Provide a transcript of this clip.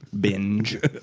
Binge